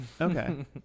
Okay